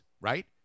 Right